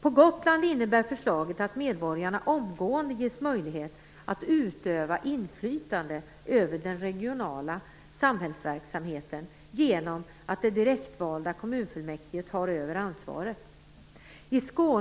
På Gotland innebär förslaget att medborgarna omgående ges möjlighet att utöva inflytande över den regionala samhällsverksamheten genom att det direktvalda kommunfullmäktige tar över ansvaret.